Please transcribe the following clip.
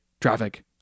traffic